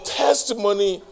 testimony